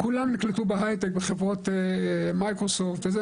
כולן נקלטו בהייטק בחברות מייקרוסופט וזה,